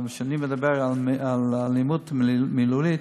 כשאני מדבר על אלימות מילולית.